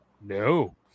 No